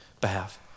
behalf